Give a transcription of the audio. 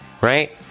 right